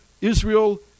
Israel